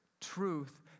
truth